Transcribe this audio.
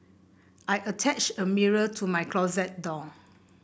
I attached a mirror to my closet door